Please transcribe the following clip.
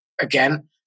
again